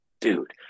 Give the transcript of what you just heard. dude